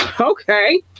Okay